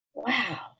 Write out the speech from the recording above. Wow